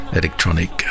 electronic